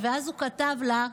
ואז הוא כתב לה: